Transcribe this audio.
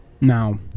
Now